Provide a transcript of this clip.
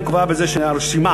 אני קובע בזה שהרשימה